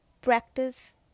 practice